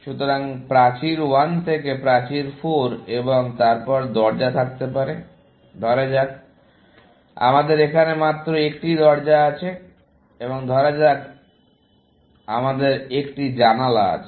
সুতরাং প্রাচীর 1 থেকে প্রাচীর 4 এবং তারপর দরজা থাকতে পারে ধরা যাক আমাদের এখানে মাত্র 1টি দরজা আছে এবং ধরা যাক আমাদের একটি জানালা আছে